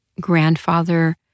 grandfather